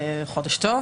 חודש טוב.